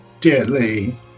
Deadly